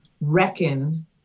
reckon